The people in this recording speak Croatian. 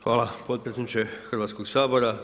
Hvala potpredsjedniče Hrvatskog sabora.